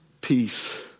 peace